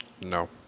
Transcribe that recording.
No